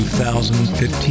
2015